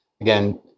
Again